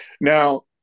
Now